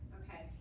ok?